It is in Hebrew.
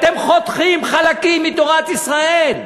אתם חותכים חלקים מתורת ישראל.